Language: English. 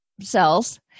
cells